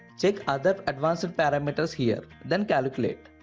check other advanced parameters here, then calculate.